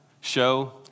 show